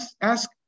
ask